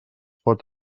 pot